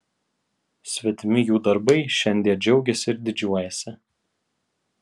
svetimi jų darbais šiandie džiaugiasi ir didžiuojasi